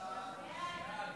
ההצעה להעביר